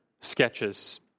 sketches